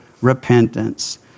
repentance